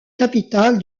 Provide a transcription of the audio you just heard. capitale